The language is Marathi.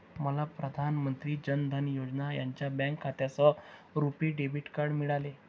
मला प्रधान मंत्री जान धन योजना यांच्या बँक खात्यासह रुपी डेबिट कार्ड मिळाले